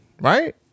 right